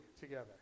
together